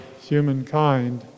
humankind